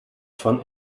von